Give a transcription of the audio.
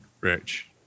Rich